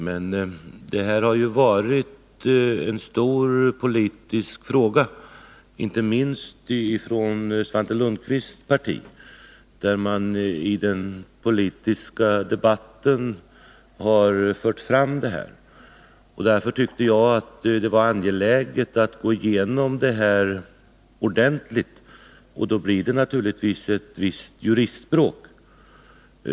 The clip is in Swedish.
Men detta har gjorts till en stor politisk fråga, inte minst av Svante Lundkvists parti, som i den politiska debatten fört fram denna fråga. Därför tyckte jag att det var angeläget att gå igenom detta ordentligt, och då blir det naturligtvis ett visst juristspråk.